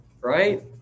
right